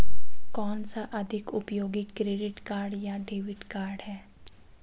कौनसा अधिक उपयोगी क्रेडिट कार्ड या डेबिट कार्ड है?